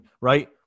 right